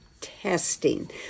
testing